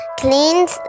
cleans